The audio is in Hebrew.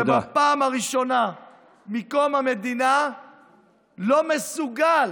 שבפעם הראשונה מקום המדינה לא מסוגל